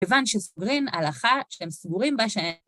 כיוון שסוגרים הלכה שהם סגורים בה שאין.